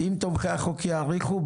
אם תומכי החוק יאריכו,